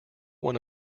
one